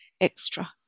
extra